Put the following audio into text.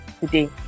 today